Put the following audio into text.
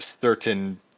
certain